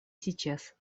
сейчас